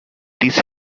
these